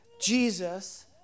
Jesus